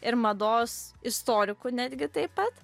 ir mados istorikų netgi taip pat